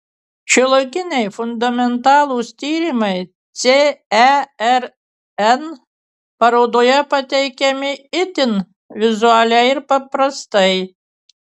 šiuolaikiniai fundamentalūs tyrimai cern parodoje pateikiami itin vizualiai ir paprastai